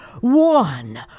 one